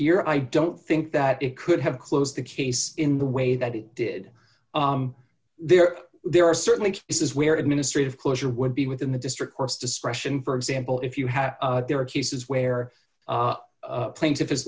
here i don't think that it could have closed the case in the way that it did there there are certainly this is where administrative closure would be within the district court's discretion for example if you have there are cases where plaintiff is